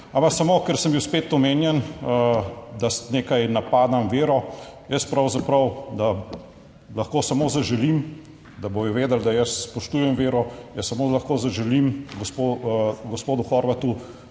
Ampak samo, ker sem bil spet omenjen, da nekaj napadam vero. Jaz pravzaprav, da lahko samo zaželim, da bodo vedeli, da jaz spoštujem vero, jaz samo lahko zaželim po gospodu Horvatu,